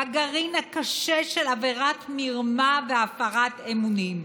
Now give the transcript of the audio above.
בגרעין הקשה של עבירת מרמה והפרת אמונים.